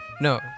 no